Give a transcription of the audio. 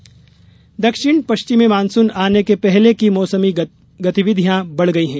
monsoon दक्षिण पश्चिम monsoon आने के पहले की मौसमी गतिविधियां बढ़ गई है